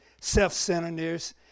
Self-centeredness